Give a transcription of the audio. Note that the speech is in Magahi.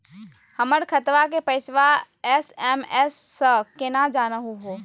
हमर खतवा के पैसवा एस.एम.एस स केना जानहु हो?